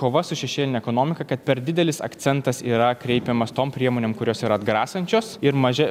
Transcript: kova su šešėline ekonomika kad per didelis akcentas yra kreipiamas tom priemonėm kurios yra atgrasančios ir maže